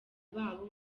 babo